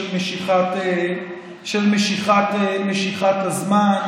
משיכת הזמן.